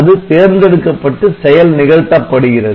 அது தேர்ந்தெடுக்கப்பட்டு செயல் நிகழ்த்தப்படுகிறது